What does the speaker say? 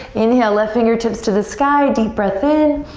inhale, left fingertips to the sky. deep breath in.